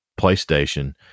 PlayStation